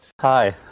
Hi